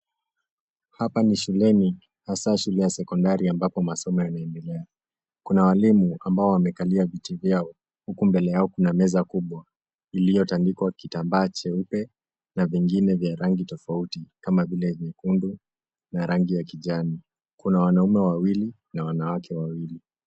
Hapa ni shuleni, hasa shule ya sekondari ambapo masomo yanaendelea. Kuna walimu ambao wamekalia viti vyao huku mbele yao kuna meza kubwa iliyotandikwa kitambaa cheupe na vingine vya rangi tofauti kama vile nyekundu na rangi ya kijani. Kuna wanaume wawili na wanawake wawili.